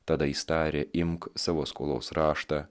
tada jis tarė imk savo skolos raštą